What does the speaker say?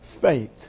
faith